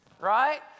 right